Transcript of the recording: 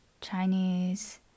Chinese